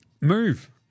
move